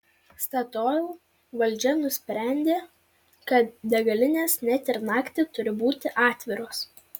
statoil valdžia nusprendė kad degalinės net ir naktį turi būti atviros